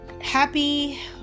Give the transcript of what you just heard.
happy